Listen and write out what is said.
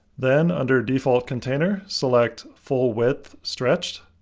then under default container select full width stretched.